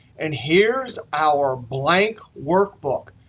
and here's our blank workbook.